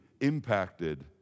impacted